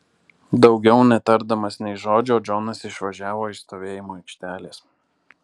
daugiau netardamas nė žodžio džonas išvažiavo iš stovėjimo aikštelės